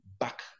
back